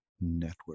Network